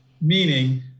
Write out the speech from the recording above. Meaning